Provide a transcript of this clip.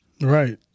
Right